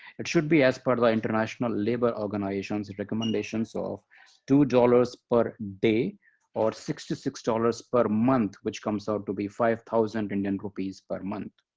it should be, as per the international labor organization's recommendations, sort of two dollars per day or sixty six dollars per month, which comes out to be five thousand indian rupees per month.